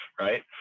right